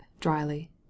dryly